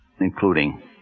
including